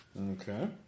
Okay